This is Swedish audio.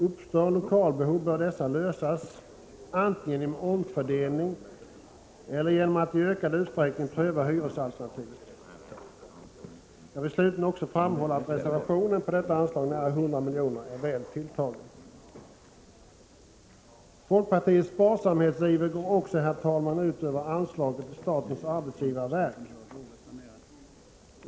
Uppstår lokalbehov bör dessa lösas antingen genom omfördelning eller genom att man i ökad utsträckning prövar hyresalternativet. Jag vill slutligen också framhålla att reservationen på detta anslag — nära 100 miljoner — är väl tilltagen. Folkpartiets sparsamhetsiver går också, herr talman, ut över anslaget till statens arbetsgivarverk.